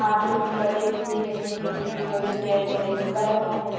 हाँ तो उसकी तबियत ठीक है नहीं है तो इसी वजह से ऐसा बिहेव कर रहा है